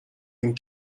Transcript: این